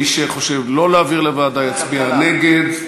מי שחושב לא להעביר לוועדה יצביע נגד.